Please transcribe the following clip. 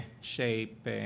shape